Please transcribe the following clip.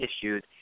issues